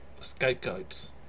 scapegoats